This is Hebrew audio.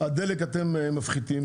למה את מחיר הדלק אתם מפחיתים?